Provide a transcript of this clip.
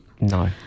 No